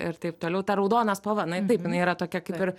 ir taip toliau ta raudona spalva na taip jinai yra tokia kaip ir